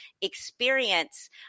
experience